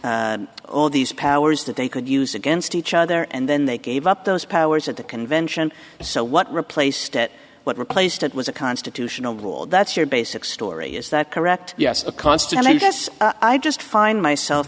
had all these powers that they could use against each other and then they gave up those powers at the convention so what replaced it what replaced it was a constitutional rule that's your basic story is that correct yes a constant yes i just find myself